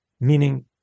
Meaning